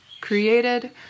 created